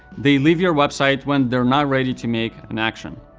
they leave your website when they're not ready to make an action.